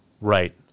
Right